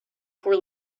four